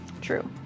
True